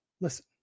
Listen